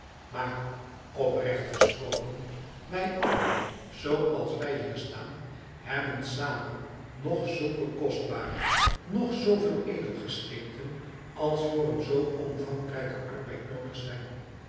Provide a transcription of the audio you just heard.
maar oprecht gesproken wij allen zooals wij hier staan hebben samen noch zulke kostbare noch zooveel edelgesteenten als voor een zoo omvangrijken arbeid noodig zijn